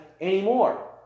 anymore